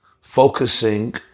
Focusing